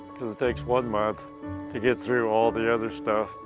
cause it takes one month to get through all the other stuff.